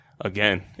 again